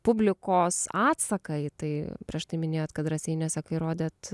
publikos atsaką į tai prieš tai minėjot kad raseiniuose kai rodėt